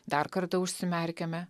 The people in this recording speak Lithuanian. dar kartą užsimerkiame